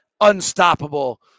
unstoppable